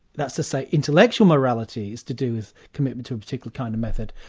that's to say intellectual morality is to do with commitment to a particular kind of method,